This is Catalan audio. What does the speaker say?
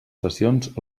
sessions